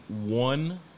one